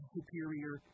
superior